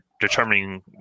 determining